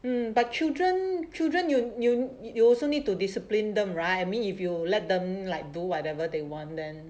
mm but children children you knew you also need to discipline them right I mean if you let them like do whatever they want then